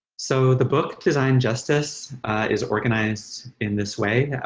so the book design justice is organized in this way. yeah